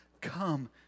come